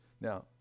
Now